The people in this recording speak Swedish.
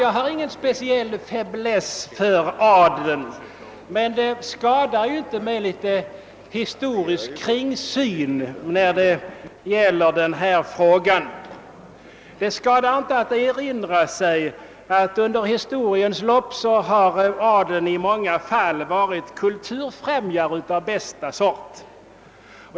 Jag har ingen speciell faiblesse för adeln, men det skadar ju inte med litet historisk kringsyn i denna fråga. Det skadar inte att erinra sig att adeln under historiens lopp i många fall har varit kulturfrämjare av bästa sort.